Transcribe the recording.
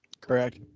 Correct